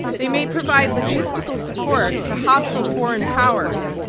they may provide logistical support to hostile foreign powers.